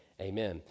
Amen